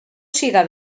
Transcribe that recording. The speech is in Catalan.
siga